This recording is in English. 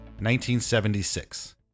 1976